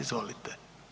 Izvolite.